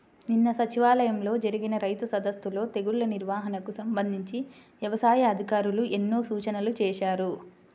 నిన్న సచివాలయంలో జరిగిన రైతు సదస్సులో తెగుల్ల నిర్వహణకు సంబంధించి యవసాయ అధికారులు ఎన్నో సూచనలు చేశారు